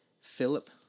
Philip